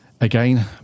Again